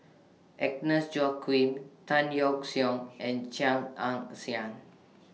Agnes Joaquim Tan Yeok Seong and Chia Ann Siang